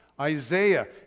Isaiah